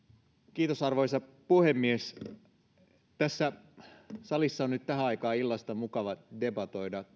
arvoisa puhemies tässä salissa on nyt tähän aikaan illasta mukava debatoida